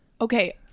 Okay